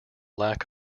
lack